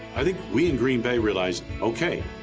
i think we in green bay realized, okay,